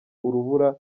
urubura